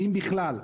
אם בכלל.